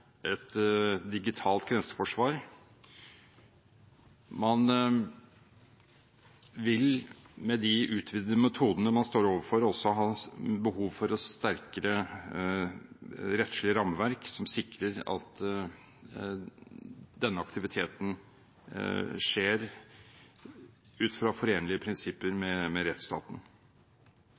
et digitalt grenseforsvar. Man vil, med de utvidede metodene man står overfor, også ha behov for et sterkere rettslig rammeverk som sikrer at denne aktiviteten skjer ut fra prinsipper som er forenlige med